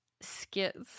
skits